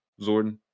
zordon